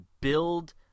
build